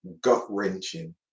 gut-wrenching